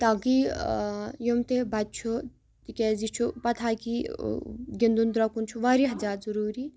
تاکہِ یِم تہِ بَچہِ چھُ تِکیٛازِ یہِ چھُ پَتاہ کہِ گِنٛدُن درٛۄکُن چھُ واریاہ زیادٕ ضروٗری